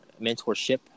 mentorship